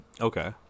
Okay